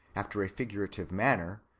after a figurative manner,